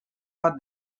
bat